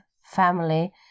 family